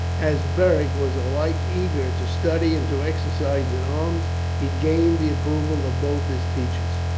as beric was alike eager to study and to exercise in arms, he gained the approval of both his teachers.